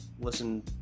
listen